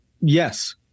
Yes